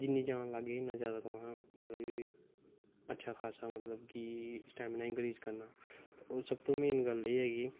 जिन्नी जान लाग्गे उन्नी मतलब कि तुसें अच्छा खास्सा मतलब कि स्टैमनां इंक्रीज़ करनां ते हून सबतो मेन गल्ल एह् ऐ कि